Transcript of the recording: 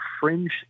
fringe